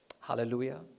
Hallelujah